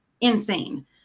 insane